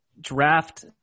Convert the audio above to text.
draft